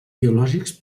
biològics